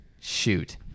shoot